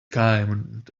kind